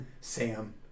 Sam